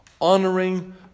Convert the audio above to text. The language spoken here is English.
honoring